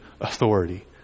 authority